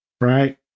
right